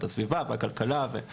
איכות הסביבה והאנרגיה.